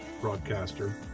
broadcaster